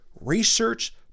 Research